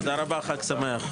תודה רבה, חג שמח.